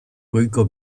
goiko